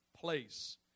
place